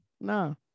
No